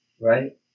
Right